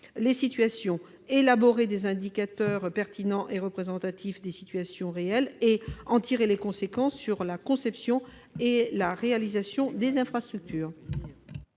les situations, élaborer des indicateurs pertinents et représentatifs des situations réelles et en tirer les conséquences sur la conception et la réalisation des infrastructures.